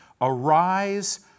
Arise